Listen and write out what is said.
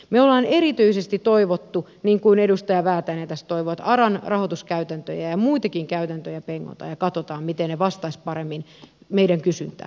me olemme erityisesti toivoneet niin kuin edustaja väätäinen tässä toivoi että aran rahoituskäytäntöjä ja muitakin käytäntöjä pengotaan ja katsotaan miten ne vastaisivat paremmin meidän kysyntään